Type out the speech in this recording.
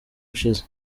ushize